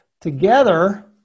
together